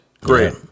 Great